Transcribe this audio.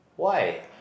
why